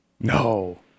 No